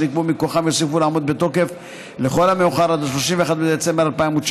שנקבעו מכוחם יוסיפו לעמוד בתוקף לכל המאוחר עד ל-31 בדצמבר 2019,